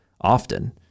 often